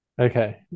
Okay